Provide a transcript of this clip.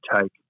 take